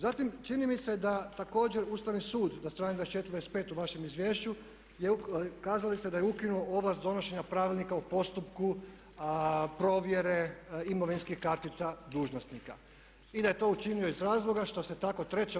Zatim, čini mi se da također Ustavni sud na strani 24. i 25. u vašem izvješću kazali ste da je ukinuo ovlast donošenja pravilnika u postupku provjere imovinskih kartica dužnosnika i da je to učinio iz razloga što se tako treće